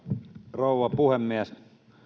rouva puhemies